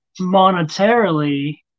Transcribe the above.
monetarily